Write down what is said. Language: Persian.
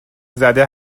زده